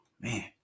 Man